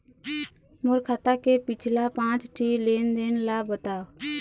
मोर खाता के पिछला पांच ठी लेन देन ला बताव?